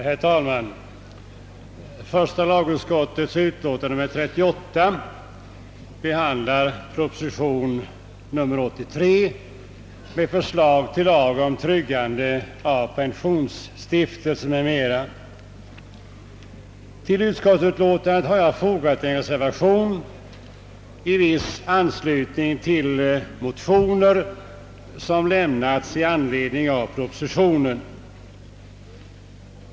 Herr talman! Första lagutskottets utlåtande nr 38 behandlar proposition nr 83 med förslag till lag om tryggande av pensionsutfästelse m.m. Till utlåtandet har jag fogat en reservation i viss mån i anslutning till motioner som lämnats i anledning av propositionen.